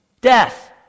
death